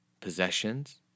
possessions